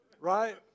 right